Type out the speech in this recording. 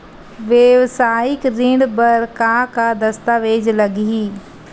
वेवसायिक ऋण बर का का दस्तावेज लगही?